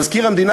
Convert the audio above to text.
מזכיר המדינה,